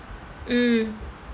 mm